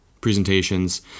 presentations